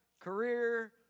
Career